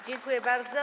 Dziękuję bardzo.